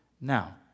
Now